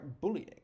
bullying